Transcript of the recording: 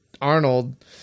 Arnold